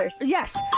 Yes